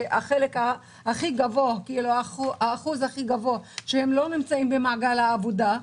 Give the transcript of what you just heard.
שם האחוז הכי גבוה לא נמצא במעגל העבודה,